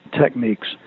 techniques